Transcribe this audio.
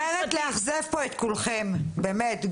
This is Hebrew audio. אני מצטערת לאכזב פה את כולכם, באמת.